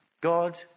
God